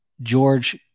George